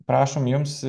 prašom jums